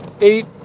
eight